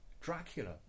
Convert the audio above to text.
Dracula